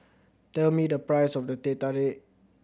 tell me the price of the Teh Tarik